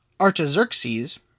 Artaxerxes